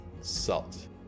salt